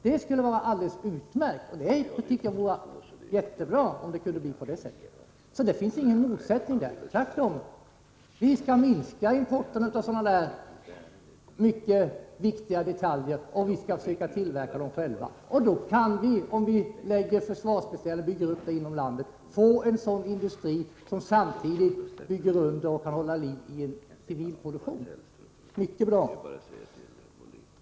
Det finns alltså ingen motsättning här — tvärtom. Vi skall minska importen av dessa mycket viktiga detaljer, och vi skall försöka tillverka dem själva. Om vi bygger upp en sådan tillverkning inom landet skulle vi kunna få en försvarsindustri som samtidigt kan hålla liv i en civil produktion. Det vore mycket bra.